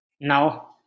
No